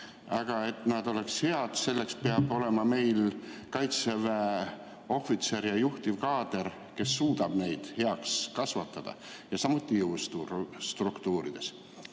Aga et nad oleksid head, selleks peab olema meil kaitseväes ohvitser‑ ja juhtivkaader, kes suudab neid heaks kasvatada. Samuti on nii jõustruktuurides.